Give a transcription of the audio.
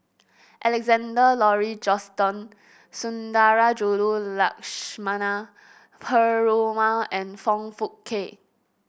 Alexander Laurie Johnston Sundarajulu Lakshmana Perumal and Foong Fook Kay